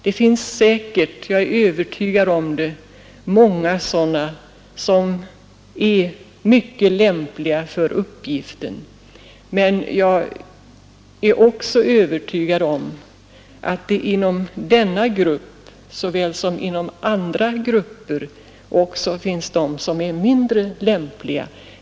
Det finns säkert, jag är övertygad om det, många så ana som är mycket lämpliga för uppgiften, men jag är också övertygad om att det inom denna grupp, såväl som inom andra grupper, också finns de som är mindre lämpliga.